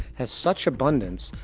has such abundance,